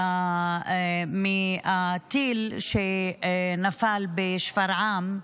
מהטיל שנפל בשפרעם,